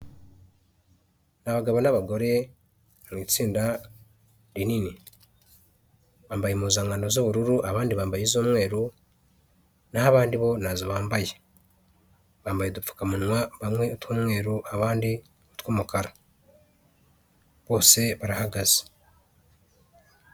Abagabo n'abagore mu itsinda rinini bambaye impuzankano z'ubururu abandi bambaye iz'umweru, naho abandi bo ntazo bambaye, bambaye udupfukamunwa bamwe tw'umweru abandi utw'umukara, bose barahagaze.